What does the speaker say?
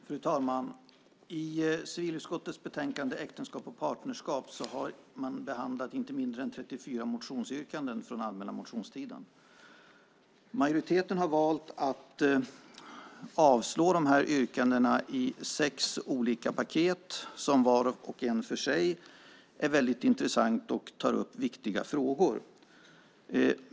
Fru talman! I civilutskottets betänkande Äktenskap och partnerskap behandlas inte mindre än 34 motionsyrkanden från den allmänna motionstiden. Majoriteten har valt att avstyrka dessa yrkanden i sex olika paket som vart och ett för sig är väldigt intressant. Viktiga frågor tas där upp.